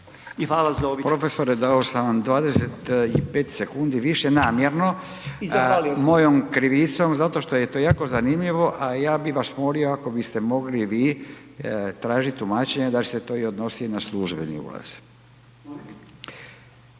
(Nezavisni)** Profesore, dao sam vam 25 sekundi više namjerno .../Upadica: I zahvalio sam./... mojom krivicom zato što je to jako zanimljivo, a ja bih vas molio, ako biste vi tražiti tumačenje da li se to odnosi i na službeni ulaz.